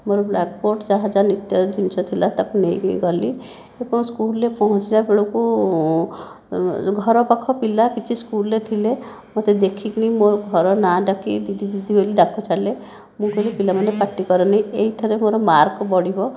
ମୋର ବ୍ଲାକ୍ବୋର୍ଡ଼ ଯାହା ଯାହା ନିତ୍ୟ ଜିନିଷ ଥିଲା ତାକୁ ନେଇକରି ଗଲି ଏବଂ ସ୍କୁଲ୍ରେ ପହଞ୍ଚିଲା ବେଳକୁ ଯେଉଁ ଘର ପାଖ ପିଲା କିଛି ସ୍କୁଲ୍ରେ ଥିଲେ ମୋତେ ଦେଖିକରି ମୋର ଘର ନାଁ ଡାକିକି ମୋତେ ଦିଦି ଦିଦି ବୋଲି ଡାକ ଛାଡ଼ିଲେ ମୁଁ କହିଲି ପିଲାମାନେ ପାଟି କରନାହିଁ ଏହିଠାରେ ମୋର ମାର୍କ ବଢ଼ିବ